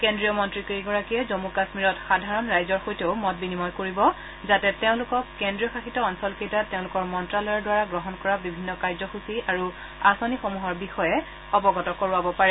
কেন্দ্ৰীয় মন্ত্ৰীকেইগৰাকীয়ে জমু কাশ্মীৰত সাধাৰণ ৰাইজৰ সৈতেও মত বিনিময় কৰিব যাতে তেওঁলোকক কেন্দ্ৰীয়শাসিত অঞ্চল কেইটাত তেওঁলোকৰ মন্ত্যালয়ৰ দ্বাৰা গ্ৰহণ কৰা বিভিন্ন কাৰ্যসূচী আৰু আঁচনিসমূহৰ বিষয়ে অৱগত কৰোৱাব পাৰে